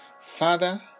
Father